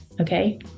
Okay